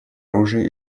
оружия